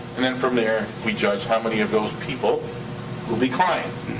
and then from there, we judge how many of those people will be clients.